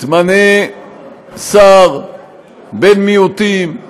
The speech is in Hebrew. מתמנה שר בן מיעוטים,